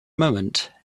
moment